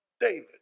David